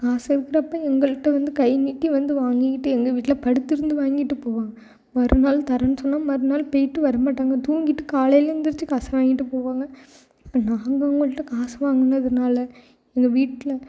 காசு இருக்கிறப்ப எங்கள்ட்ட வந்து கை நீட்டி வந்து வாங்கிக்கிட்டு எங்கள் வீட்டில் படுத்திருந்து வாங்கிட்டு போவாங்க மறுநாள் தர்றேன் சொன்னால் மறுநாள் போய்ட்டு வர மாட்டாங்க தூங்கிட்டு காலையில் எழுந்திரிச்சி காசை வாங்கிட்டு போவாங்க நாங்கள் அவங்கள்ட்ட காசு வாங்கினதுனால எங்கள் வீட்டில்